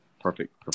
Perfect